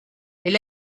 elle